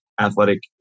athletic